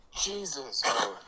Jesus